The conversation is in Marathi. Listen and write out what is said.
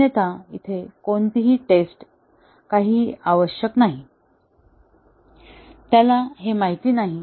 अन्यथा इथे कोणतीही टेस्ट काहीही आवश्यक नाही त्याला हे माहित नाही